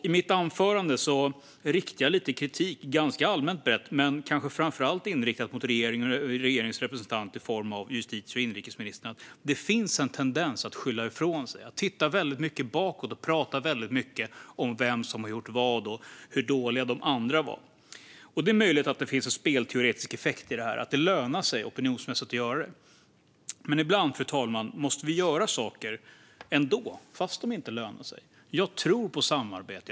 I mitt anförande uttalade jag lite kritik - ganska allmänt och brett men kanske framför allt riktat mot regeringen och regeringens representant i form av justitie och inrikesministern - om att det finns en tendens att skylla ifrån sig, titta väldigt mycket bakåt och prata väldigt mycket om vem som gjort vad och hur dåliga de andra var. Det är möjligt att det finns en spelteoretisk effekt i det här så att det lönar sig opinionsmässigt att göra det. Men ibland, fru talman, måste vi göra saker ändå, fast de inte lönar sig. Jag tror på samarbete.